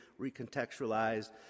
recontextualized